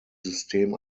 system